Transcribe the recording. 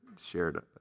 shared